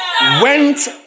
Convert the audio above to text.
went